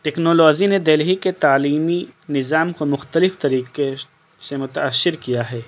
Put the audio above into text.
technology نے دہلی کے تعلیمی نظام کو مختلف طریقے سے متاشر کیا ہے